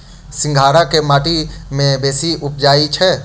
सिंघाड़ा केँ माटि मे बेसी उबजई छै?